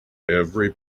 every